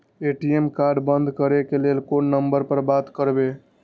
ATM card बंद करे के लेल कोन नंबर पर बात करबे?